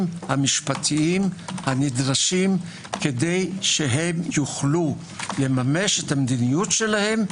המשפטיים הנדרשים כדי שהם יוכלו לממש את המדיניות שלהם,